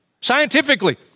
scientifically